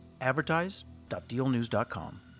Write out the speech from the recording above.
advertise.dealnews.com